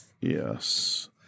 Yes